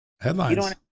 Headlines